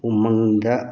ꯎꯃꯪꯗ